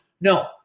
no